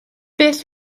beth